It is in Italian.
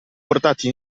portati